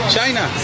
China